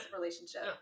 relationship